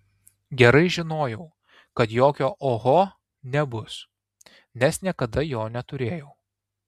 gerai žinojau kad jokio oho nebus nes niekada jo neturėjau